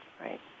Right